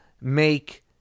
make